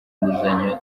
inguzanyo